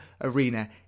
Arena